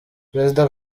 perezida